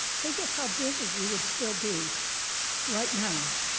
think of how busy you would still be right now,